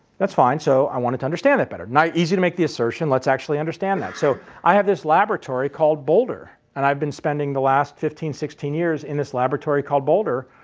that's fine, so i wanted to understand that better. now easy to make the assertion, let's actually understand that. so i have this laboratory called boulder, and i've been spending the last fifteen, sixteen years in this laboratory called boulder,